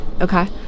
okay